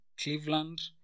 Cleveland